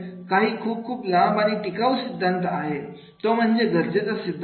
काही खूप खूप लांब आणि टिकाऊ सिद्धांत आहे तो म्हणजे गरजेचा सिद्धांत